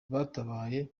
batabaye